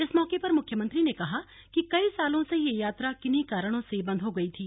इस मौके पर मुख्यमंत्री ने कहा कि कई सालों से यह यात्रा किन्हीं कारणों से बंद हो गई थी